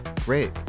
great